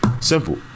Simple